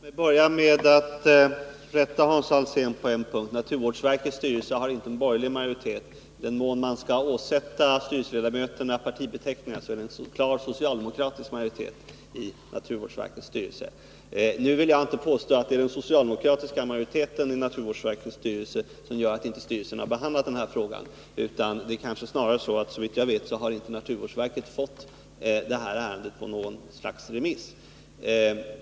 Herr talman! Låt mig börja med att rätta Hans Alsén på en punkt. Naturvårdsverkets styrelse har inte en borgerlig majoritet. I den mån man skall åsätta styrelseledamöterna partibeteckningar, så är det en klar socialdemokratisk majoritet. Men jag vill inte påstå att det är den socialdemokratiska majoriteten i naturvårdsverkets styrelse som är orsaken till att styrelsen inte har behandlat denna fråga. Det är snarare så att naturvårdsverket inte, såvitt jag vet, har fått detta ärende på något slags remiss.